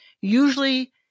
usually